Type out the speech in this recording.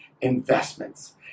investments